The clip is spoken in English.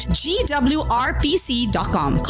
gwrpc.com